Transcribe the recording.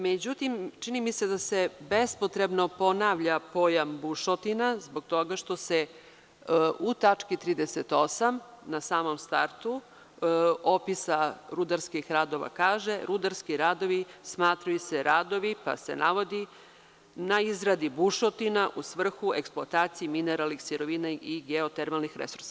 Međutim, čini mi se da se bespotrebno ponavlja pojam „bušotina“ zbog toga što se u tački 38. na samom startu opisa rudarskih radova kaže – rudarski radovi smatraju se radovi, pa se navodi, na izradi bušotina u svrhu eksploatacije mineralnih sirovina i geotermalnih resursa.